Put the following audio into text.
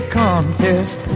contest